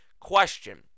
question